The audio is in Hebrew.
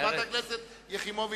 חברת הכנסת יחימוביץ,